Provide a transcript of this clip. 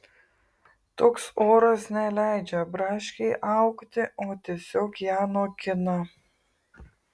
toks oras neleidžia braškei augti o tiesiog ją nokina